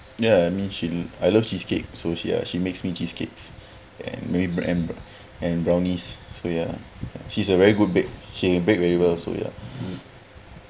ya I mean she I love cheesecake so she ya she makes me cheesecakes and maybe brow~ and brownies so ya she's a very good bake she bake very well so ya mm